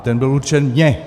Ten byl určen mně.